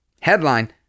Headline